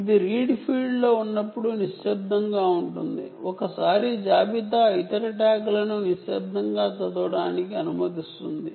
అది రీడ్ ఫీల్డ్లో ఉన్నప్పుడు నిశ్శబ్దంగా ఉంటుంది మరియు ఇన్వెంటరీ ఇతర ట్యాగ్లను నిశ్శబ్దంగా చదవడానికి అనుమతిస్తుంది